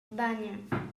banya